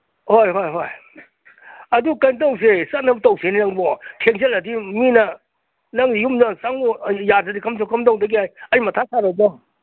ꯍꯣꯏ ꯍꯣꯏ ꯍꯣꯏ ꯑꯗꯨ ꯀꯩꯅꯣ ꯇꯧꯁꯦ ꯆꯠꯅꯕ ꯇꯧꯁꯤꯅꯦ ꯅꯪꯕꯣ ꯊꯦꯡꯖꯜꯂꯛꯑꯗꯤ ꯃꯤꯅ ꯅꯪ ꯌꯨꯝꯗ ꯆꯪꯉꯨ ꯌꯥꯗ꯭ꯔꯗꯤ ꯀꯝꯗꯧꯗꯒꯦ ꯑꯩ ꯃꯊꯥ ꯁꯥꯔꯣꯏꯗ꯭ꯔꯣ